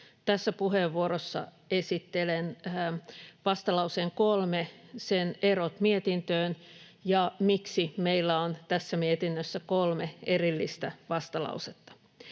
Tässä puheenvuorossa esittelen vastalauseen 3, sen erot mietintöön ja sen, miksi meillä on tässä mietinnössä kolme erillistä vastalausetta.